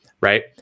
Right